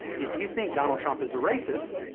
if you think donald trump is a racist,